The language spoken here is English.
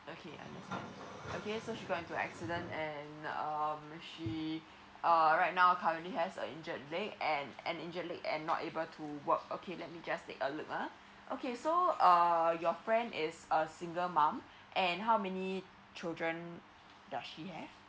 okay understand okay she goes into accident and um she uh right now currently has a injured leg and an injured leg and not able to walk okay let me just take a look ah okay so uh your friend is a single mum and how many children does she have